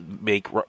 make